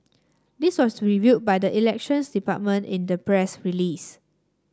this was revealed by the Elections Department in a press release